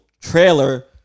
trailer